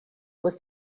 was